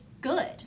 good